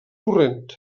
torrent